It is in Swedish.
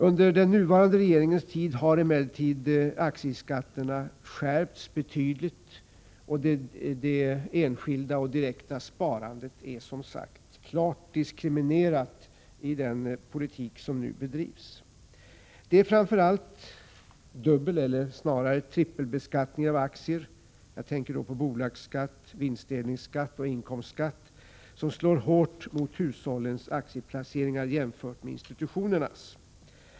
Under den nuvarande regeringens tid har emellertid aktieskatterna skärpts betydligen, och det enskilda och direkta sparandet är som sagt klart diskriminerat i den politik som nu bedrivs. Det är framför allt dubbelbeskattningen, eller snarare trippelbeskattningen, av aktier — jag tänker då på bolagsskatt, vinstdelningsskatt och inkomstskatt — som slår hårt mot hushållens aktieplaceringar jämfört med institutionernas.